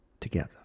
together